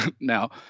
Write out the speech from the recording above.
Now